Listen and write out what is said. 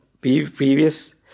previous